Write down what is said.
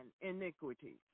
iniquities